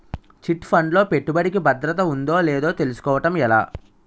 Chit fund లో పెట్టుబడికి భద్రత ఉందో లేదో తెలుసుకోవటం ఎలా?